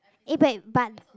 eh back but